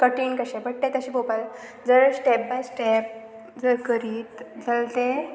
कठीण कशें बट तें तशें पळोवपाक जर स्टेप बाय स्टेप जर करीत जाल्या तें